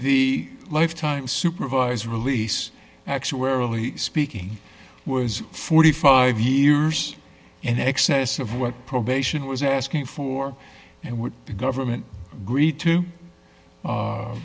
the lifetime supervised release actuarily speaking was forty five years in excess of what probation was asking for and what the government agreed to